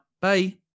Bye